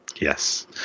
yes